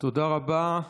תודה רבה.